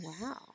wow